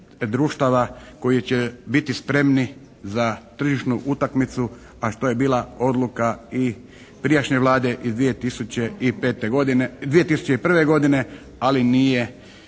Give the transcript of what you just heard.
društava koji će biti spremni za tržišnu utakmicu, a što je bila odluka i prijašnje Vlade iz 2005. godine, 2001.